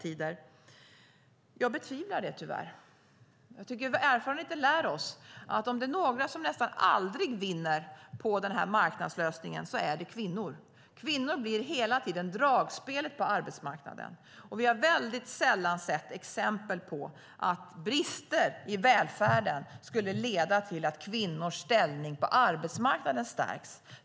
Men jag betvivlar tyvärr att detta kommer att ske. Erfarenheten lär oss att om det är några som nästan aldrig vinner på marknadslösningen är det kvinnor. Kvinnor blir hela tiden dragspelet på arbetsmarknaden. Vi har väldigt sällan sett exempel på att brister i välfärden skulle leda till att kvinnors ställning på arbetsmarknaden stärks.